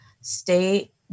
state